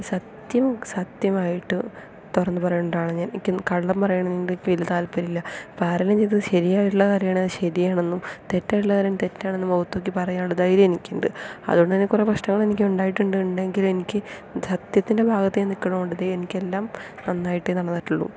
സത്യം സത്യമായിട്ടും തുറന്ന് പറയുന്നത് കൊണ്ടാണ് ഞാൻ എനിക്ക് കള്ളം പറയുന്നുണ്ടേൽ എനിക്ക് താൽപര്യമില്ല ആരേലും ചെയ്തത് ശെരിയായിട്ടുള്ള കാര്യം ആണെങ്കിലും അത് ശെരിയാണെന്നും തെറ്റായിട്ടുള്ള കാര്യം തെറ്റാണ് എന്നും മുഖത്ത് നോക്കി പറയാൻ ഉള്ള ധൈര്യം എനിക്ക് ഉണ്ട് അത് കൊണ്ട് തന്നെ കുറെ പ്രശ്നങ്ങൾ എനിക്ക് ഉണ്ടായിട്ടുണ്ട് ഉണ്ടെങ്കിലും എനിക്ക് സത്യത്തിൻ്റെ ഭാഗത്തെ ഞാൻ നിൽക്കുന്നത് കൊണ്ട് എനിക്ക് എല്ലാം നന്നായിട്ടേ നടന്നിട്ടുള്ളൂ